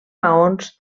maons